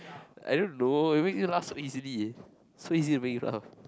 I don't know you make me laugh so easily so easy to make me laugh